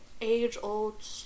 age-old